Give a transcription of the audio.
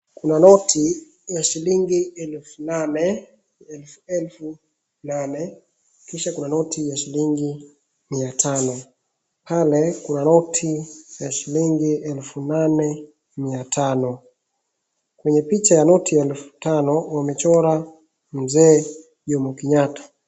Kuna noti ya shilingi elfu nane, elfu elfu nane, kisha kuna noti ya shilingi mia tano. Pale kuna noti ya shilingi elfu nane mia tano. Kwenye picha ya noti elfu tano wamechora Mzee Jomo Kenyatta.